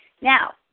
Now